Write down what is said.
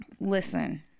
Listen